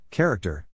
Character